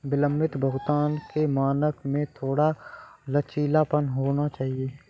विलंबित भुगतान के मानक में थोड़ा लचीलापन होना चाहिए